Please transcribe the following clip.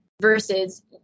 versus